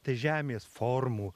tai žemės formų